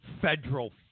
federal